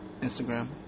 Instagram